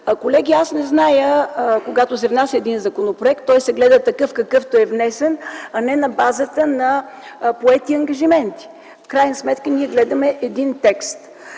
Колеги, когато се внася един законопроект, той се гледа такъв, какъвто е внесен, а не на базата на поети ангажименти. В крайна сметка ние гледаме един текст.